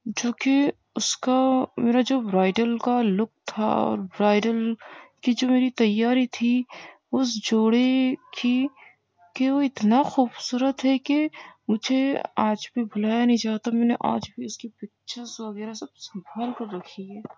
جو کہ اس کا میرا جو برائڈل کا لک تھا اور برائڈل کی جو میری تیاری تھی اس جوڑے کی کہ وہ اتنا خوبصورت ہے کہ مجھے آج بھی بھلایا نہیں جاتا میں نے آج بھی اس کی پکچرز وغیرہ سب سنبھال کر رکھی ہے